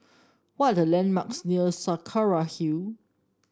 what are the landmarks near Saraca Hill